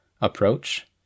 approach